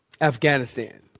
Afghanistan